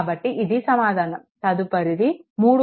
కాబట్టి ఇది సమాధానం తదుపరిది 3